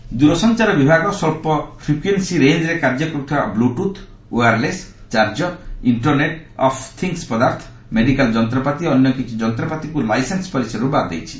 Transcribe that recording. telecom ଦୂରସଞ୍ଚାର ବିଭାଗ ସ୍କଳ୍ପ ଫ୍ରିକ୍ୟୁଏନ୍ୱିରେଞ୍ଜରେ କାର୍ଯ୍ୟ କରୁଥିବା Bluetooth wireless charger internet of things ପଦାର୍ଥ ମେଡିକାଲ ଯନ୍ତ୍ରପାତି ଓ ଅନ୍ୟକିଛି ଯନ୍ତ୍ରପାତିକୁ ଲାଇସେନ୍ସ ପରିସରରୁ ବାଦ୍ ଦେଇଛି